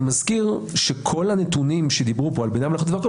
אני מזכיר שכל הנתונים שדיברו פה על בינה מלאכותית וכו',